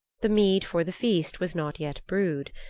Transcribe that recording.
the mead for the feast was not yet brewed.